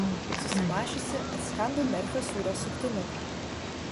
susimąsčiusi atsikandau merfio sūrio suktinuko